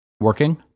working